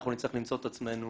אנחנו נצטרך למצוא את עצמנו